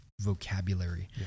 vocabulary